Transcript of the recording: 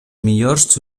millors